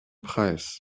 preis